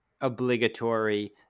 obligatory